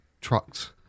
trucks